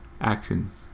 actions